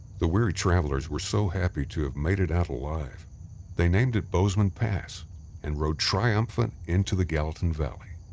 the weary travelers were so happy to have made it out alive they named it bozeman pass and rode triumphant into the gallatin valley.